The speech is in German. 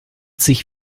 sich